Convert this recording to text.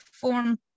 form